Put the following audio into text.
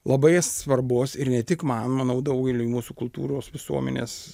labai svarbus ir ne tik man manau daugeliui mūsų kultūros visuomenės